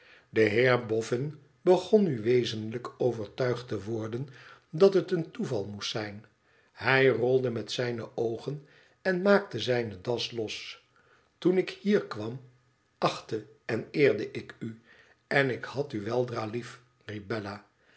de heer boffin begon nu wezenlijk overtuigd te worden dat het een toeval moest zijn hij rolde met zijne oogen en maakte zijne das los toen ik hier kwam achtte en eerde ik u en ik had u weldra lief riep bella